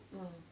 um